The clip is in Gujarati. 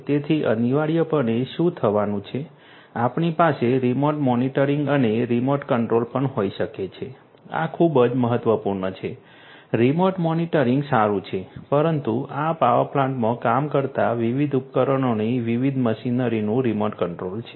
તેથી અનિવાર્યપણે શું થવાનું છે આપણી પાસે રીમોટ મોનિટરિંગ અને રીમોટ કંટ્રોલ પણ હોઈ શકે છે આ ખૂબ જ મહત્વપૂર્ણ છે રિમોટ મોનિટરિંગ સારું છે પરંતુ આ પાવર પ્લાન્ટ્સમાં કામ કરતા વિવિધ ઉપકરણોની વિવિધ મશીનરીનું રિમોટ કંટ્રોલ છે